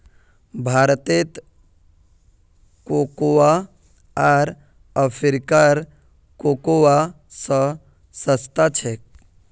भारतेर कोकोआ आर अफ्रीकार कोकोआ स सस्ता छेक